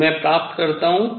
तो मैं प्राप्त करता हूँ